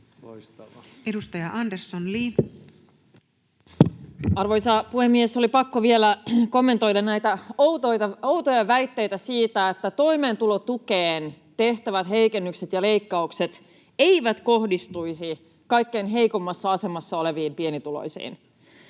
Edustaja Andersson, Li. Arvoisa puhemies! Oli pakko vielä kommentoida näitä outoja väitteitä siitä, että toimeentulotukeen tehtävät heikennykset ja leikkaukset eivät kohdistuisi kaikkein heikoimmassa asemassa oleviin pienituloisiin.